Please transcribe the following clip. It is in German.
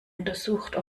untersucht